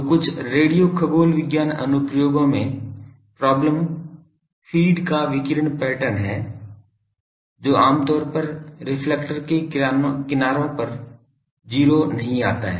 तो कुछ रेडियो खगोल विज्ञान अनुप्रयोगों में प्रॉब्लम फ़ीड का विकिरण पैटर्न है जो आमतौर पर रिफ्लेक्टर के किनारों पर 0 पर नहीं जाता है